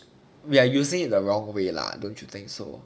we are using in the wrong way lah don't you think so